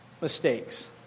mistakes